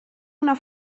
una